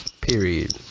period